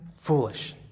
Foolish